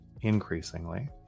increasingly